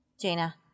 Jaina